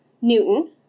Newton